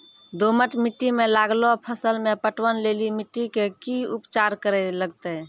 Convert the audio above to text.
दोमट मिट्टी मे लागलो फसल मे पटवन लेली मिट्टी के की उपचार करे लगते?